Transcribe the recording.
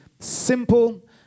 Simple